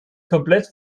komplett